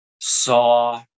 saw